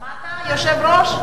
שמעת, היושב-ראש?